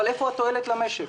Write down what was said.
אבל איפה התועלת למשק?